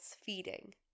feeding